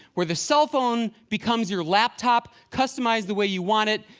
where the cell phone becomes your laptop, customized the way you want it.